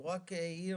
הוא רק נתן